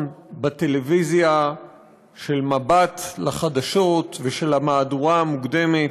בטלוויזיה של מבט לחדשות ושל המהדורה המוקדמת.